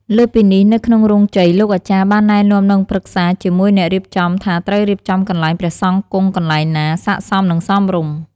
លើសពីនេះនៅក្នុងរោងជ័យលោកអាចារ្យបានណែនាំនិងប្រឹក្សាជាមួយអ្នករៀបចំថាត្រូវរៀបចំកន្លែងព្រះសង្ឃគង់ កន្លែងណាសាកសមនិងសមរម្យ។